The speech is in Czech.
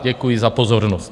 Děkuji za pozornost.